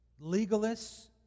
legalists